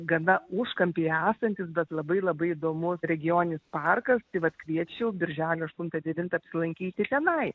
gana užkampyje esantis bet labai labai įdomus regioninis parkas tai vat kviečiu birželio aštuntą devintą apsilankyti tenai